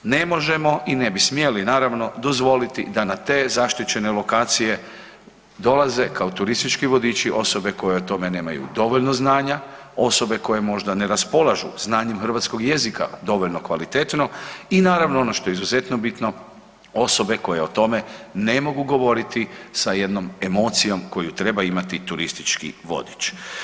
Ne možemo i ne bi smjeli naravno dozvoliti da na te zaštićene lokacije dolaze kao turistički vodiči osobe koje o tome nemaju dovoljno znanja, osobe koje možda ne raspolažu znanjem hrvatskog jezika dovoljno kvalitetno i naravno ono što je izuzetno bitno, osobe koje o tome ne mogu govoriti sa jednom emocijom koju treba imati turistički vodič.